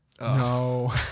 No